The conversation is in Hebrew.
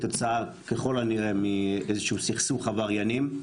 ככל הנראה מאיזשהו סכסוך עבריינים.